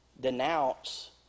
denounce